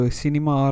cinema